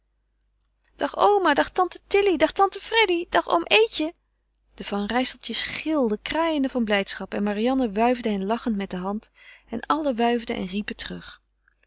dag oma dag tante tilly dag tante freddy dag oom eetje de van rijsseltjes gilden kraaiden van blijdschap en marianne wuifde hen lachend met de hand en allen wuifden en riepen terug